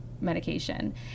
medication